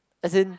isn't